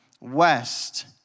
West